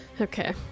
Okay